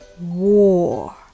War